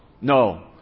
No